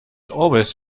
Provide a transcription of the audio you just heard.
always